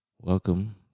Welcome